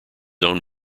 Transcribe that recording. own